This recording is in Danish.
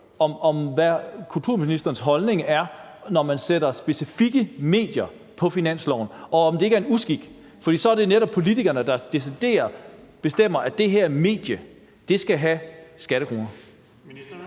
hvad kulturministerens holdning er til, at man sætter specifikke medier på finansloven, og om han ikke synes, at det er en uskik, for så er det netop politikerne, der faktisk bestemmer, at det pågældende medie skal have skattekroner.